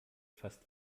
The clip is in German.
fast